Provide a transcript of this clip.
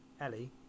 Ellie